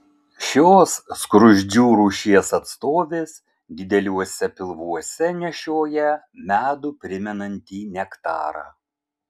šios skruzdžių rūšies atstovės dideliuose pilvuose nešioja medų primenantį nektarą